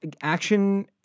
action